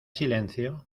silencio